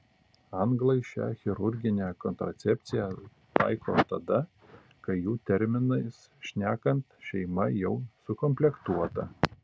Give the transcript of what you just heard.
anglai šią chirurginę kontracepciją taiko tada kai jų terminais šnekant šeima jau sukomplektuota